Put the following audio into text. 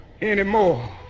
anymore